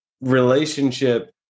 relationship